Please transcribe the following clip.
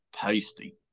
tasty